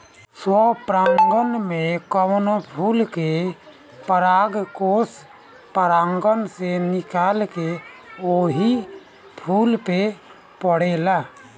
स्वपरागण में कवनो फूल के परागकोष परागण से निकलके ओही फूल पे पड़ेला